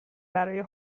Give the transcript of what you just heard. برای